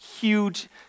huge